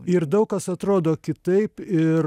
ir daug kas atrodo kitaip ir